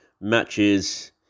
matches